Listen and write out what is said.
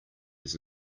his